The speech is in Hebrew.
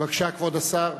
בבקשה, כבוד השר.